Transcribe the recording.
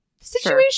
situation